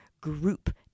Group